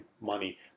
money